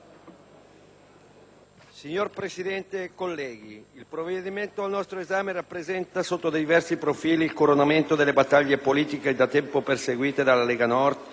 Signor Presidente, colleghi, il provvedimento al nostro esame rappresenta, sotto diversi profili, il coronamento delle battaglie politiche da tempo perseguite dalla Lega Nord